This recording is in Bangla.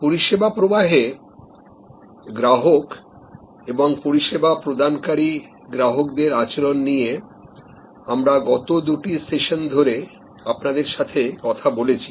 পরিষেবা প্রবাহে গ্রাহক এবং পরিষেবা গ্রহণকারী গ্রাহকদের আচরণ নিয়ে আমরা গত দুটি সেশন ধরে আপনাদের সাথে কথা বলেছি